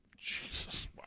Jesus